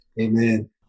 Amen